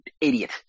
idiot